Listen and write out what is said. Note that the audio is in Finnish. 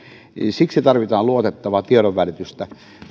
siksi tarvitaan luotettavaa tiedonvälitystä